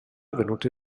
avvenuto